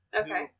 Okay